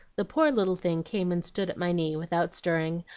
the poor little thing came and stood at my knee, without stirring,